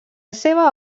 seva